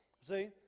See